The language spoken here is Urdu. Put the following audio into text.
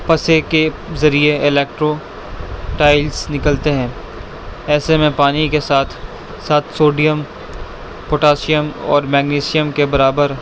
پسے کے ذریعے الیکٹروٹائلس نکلتے ہیں ایسے میں پانی کے ساتھ ساتھ سوڈیم پوٹاشیم اور میگنیشیم کے برابر